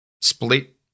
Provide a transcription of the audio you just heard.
split